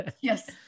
Yes